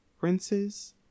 rinses